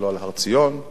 הסירו דאגה מלבכם,